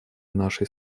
нашей